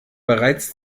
bereits